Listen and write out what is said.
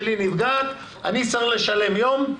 אני צריך לשלם יום,